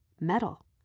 Metal